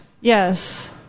Yes